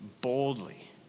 boldly